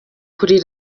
kuri